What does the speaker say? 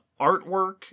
artwork